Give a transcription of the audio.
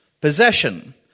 Possession